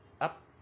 up